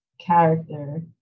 character